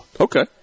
Okay